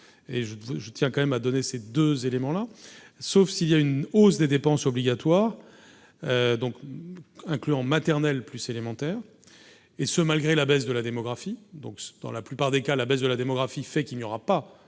je tiens quand même à donner ces 2 éléments-là, sauf s'il y a une hausse des dépenses obligatoires, donc incluant maternelle plus élémentaire et ce, malgré la baisse de la démographie, donc dans la plupart des cas, la baisse de la démographie fait qu'il n'y aura pas